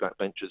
backbenchers